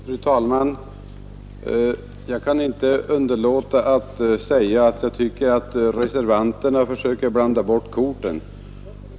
Fru talman! Jag kan inte underlåta att säga att jag tycker att reservanterna försöker blanda bort korten.